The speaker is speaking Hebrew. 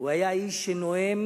הוא היה איש שנואם